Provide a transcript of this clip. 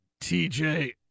tj